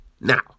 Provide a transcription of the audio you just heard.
Now